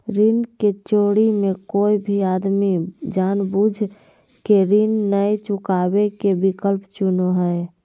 ऋण चोरी मे कोय भी आदमी जानबूझ केऋण नय चुकावे के विकल्प चुनो हय